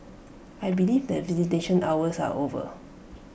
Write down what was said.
I believe that visitation hours are over